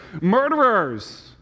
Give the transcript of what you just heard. murderers